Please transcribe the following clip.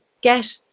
get